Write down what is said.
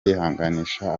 yihanganisha